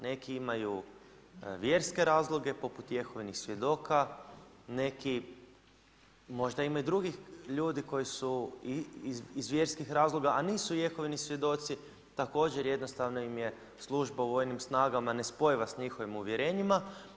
Neki imaju vjerske razloge poput Jehovinih svjedoka, možda ima i drugih ljudi koji su iz vjerskih razloga a nisu Jehovini svjedoci, također jednostavno im je službama u vojnim snagama nespojiva sa njihovim uvjerenjima.